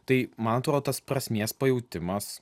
tai man atrodo tas prasmės pajautimas